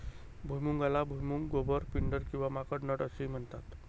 भुईमुगाला भुईमूग, गोबर, पिंडर किंवा माकड नट असेही म्हणतात